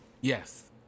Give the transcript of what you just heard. Yes